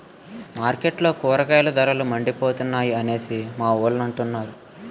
మార్కెట్లో కూరగాయల ధరలు మండిపోతున్నాయి అనేసి మావోలు అంతన్నారు